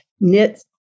knit